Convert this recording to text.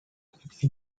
coûté